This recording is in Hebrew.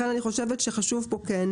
לכן אני חושבת שכן חשוב כאן,